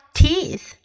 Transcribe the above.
teeth